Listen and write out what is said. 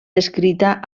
descrita